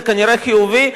זה כנראה חיובי,